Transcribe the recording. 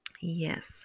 Yes